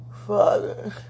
Father